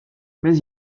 mais